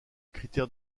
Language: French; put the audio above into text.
critère